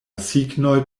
signoj